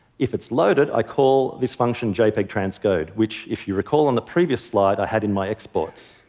if it's loaded, i call this function, jpeg transcode, which if you recall on the previous slide, i had in my exports.